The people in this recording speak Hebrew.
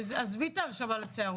החוק הזה מונח כבר חמישה שבועות.